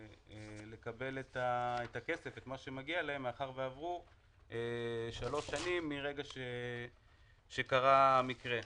לקבל את מה שמגיע להם מאחר ועברו שלוש שנים מאז קרה המקרה.